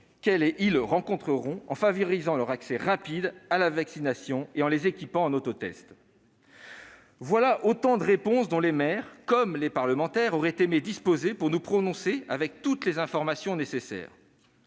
qu'ils rencontreront, en favorisant leur accès rapide à la vaccination et en les équipant en autotests ? Voilà autant de réponses dont les maires, comme les parlementaires, auraient aimé disposer pour se prononcer en disposant de toutes les informations nécessaires.